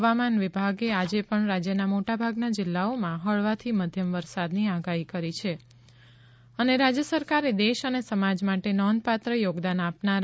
હવામાન વિભાગે આજે પણ રાજ્યના મોટાભાગના જિલ્લાઓમાં હળવાથી મધ્યમ વરસાદની આગાહી કરી રાજ્ય સરકારે દેશ અને સમાજ માટે નોંધપાત્ર યોગદાન આપનારા